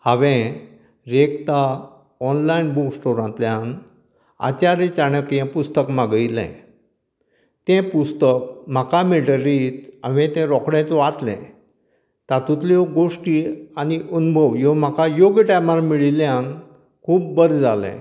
हांवें एकता online book स्टोरांतल्यान आचार्य चाणक्य हें पुस्तक मागयलें तें पुस्तक म्हाका मेळतरीत हांवे तें रोकडेच वाचलें तातूंतल्यो गोश्टी आनी अणभव ह्यो म्हाका योग्य टायमार मेळिल्ल्यान खूब बरें जालें